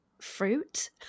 fruit